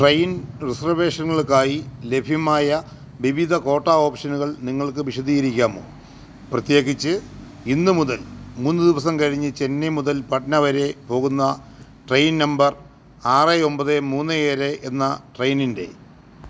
train റിസർവേഷനുകൾക്കായി ലഭ്യമായ വിവിധ ക്വാട്ട ഓപ്ഷനുകൾ നിങ്ങൾക്ക് വിശദീകരിക്കാമോ പ്രത്യേകിച്ച് ഇന്ന് മുതൽ മൂന്ന് ദിവസം കഴിഞ്ഞ് ചെന്നൈ മുതൽ പട്ന വരെ പോകുന്ന ട്രെയിൻ നമ്പർ ആറ് ഒൻപത് മൂന്ന് ഏഴ് എന്ന ട്രെയിനിൻ്റെ